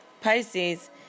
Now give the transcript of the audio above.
Pisces